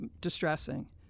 distressing